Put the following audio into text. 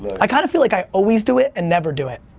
i kind of feel like i always do it and never do it.